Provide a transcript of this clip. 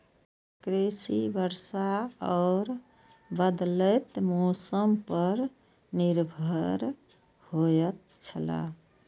कृषि वर्षा और बदलेत मौसम पर निर्भर होयत छला